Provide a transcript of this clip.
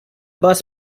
bus